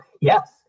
Yes